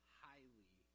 highly